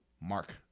Mark